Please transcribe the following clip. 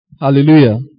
Hallelujah